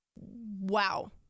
Wow